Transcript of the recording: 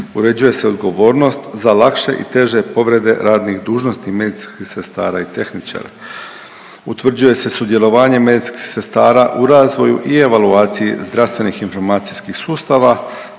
Uređuje se odgovornost za lakše i teže povrede radnih dužnosti medicinskih sestara i tehničara. Utvrđuje se sudjelovanje medicinskih sestara u razvoju i evaluaciji zdravstvenih informacijskih sustava